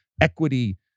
equity